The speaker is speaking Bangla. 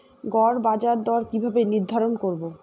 গড় বাজার দর কিভাবে নির্ধারণ করব?